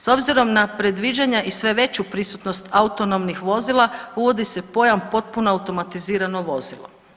S obzirom na predviđanja i sve veću prisutnost autonomnih vozila uvodi se pojam potpuno automatizirano vozilo.